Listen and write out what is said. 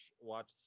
watch